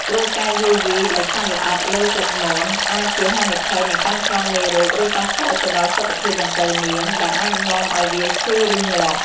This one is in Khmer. ព្រោះការយីយាដោយសត្វល្អិតលើស្លឹកមន អាចជាហានិភ័យនៃការឆ្លងមេរោគ ឬប៉ះពាល់ទៅដល់សុខភាពដង្កូវនាង ដែលអាចនាំឲ្យវាឈឺឬងាប់។